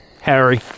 Harry